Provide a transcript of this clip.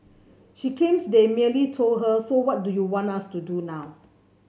she claims they merely told her so what do you want us to do now